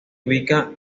ubica